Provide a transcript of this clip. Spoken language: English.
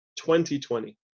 2020